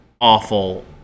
awful